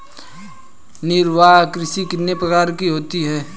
निर्वाह कृषि कितने प्रकार की होती हैं?